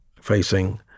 facing